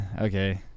okay